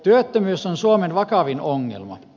työttömyys on suomen vakavin ongelma